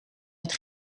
met